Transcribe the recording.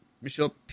Michelle